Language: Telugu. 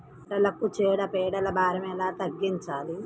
పంటలకు చీడ పీడల భారం ఎలా తగ్గించాలి?